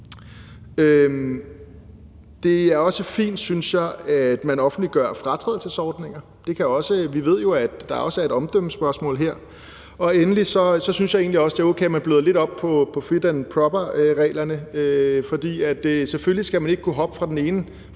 Det er også fint, synes jeg, at man offentliggør fratrædelsesordninger. Vi ved jo, at der også er et omdømmespørgsmål her. Og endelig synes jeg egentlig også, det er okay, at man bløder lidt op på fit and proper-reglerne, for selvfølgelig skal man ikke kunne hoppe fra at have